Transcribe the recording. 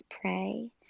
pray